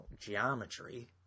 geometry